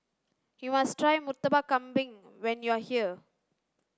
you must try murtabak kambing when you are here